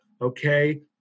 Okay